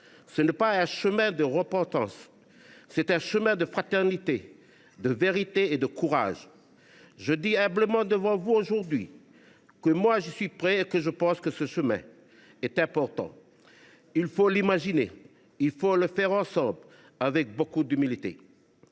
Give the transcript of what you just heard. Ce n’est pas un chemin de repentance : c’est un chemin de fraternité, de vérité et de courage. […] Je dis humblement devant vous aujourd’hui que moi, j’y suis prêt et que je pense que ce chemin est important. Il faut l’imaginer, il faut le faire ensemble, avec beaucoup d’humilité.